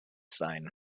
sein